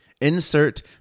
Insert